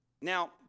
Now